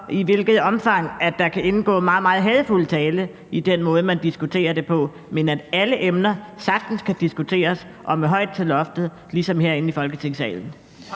i hvilket omfang der kan indgå meget, meget hadefuld tale i den måde, man diskuterer det på, og at alle emner sagtens skal kunne diskuteres og med højt til loftet, ligesom herinde i Folketingssalen?